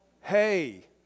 hey